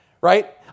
Right